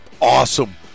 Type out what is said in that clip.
awesome